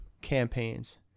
campaigns